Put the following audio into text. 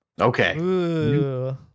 okay